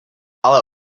ale